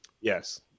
Yes